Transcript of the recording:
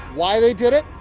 why they did it.